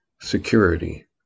security